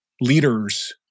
leaders